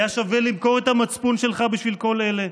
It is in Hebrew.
היה שווה למכור את המצפון שלך בשביל כל אלה?